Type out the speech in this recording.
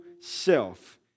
self